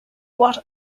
what